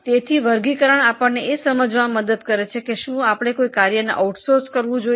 તેથી વર્ગીકરણ આપણને સમજાવવામાં મદદ કરે છે કે શું આપણે કોઈ ફંકશનને આઉટસોર્સ કરવું જોઈએ